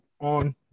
on